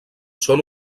són